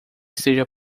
esteja